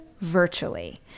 virtually